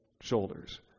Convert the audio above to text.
shoulders